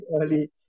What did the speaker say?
early